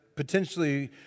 potentially